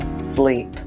sleep